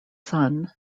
son